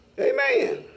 Amen